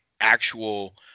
actual